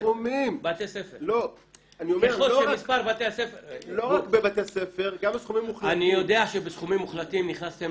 לא רק בבתי הספר, גם הסכומים המוחלטים.